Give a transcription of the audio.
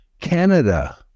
Canada